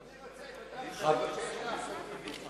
אני רוצה את אותן זכויות שיש לאחמד טיבי.